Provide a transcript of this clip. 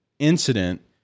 incident